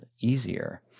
easier